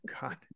god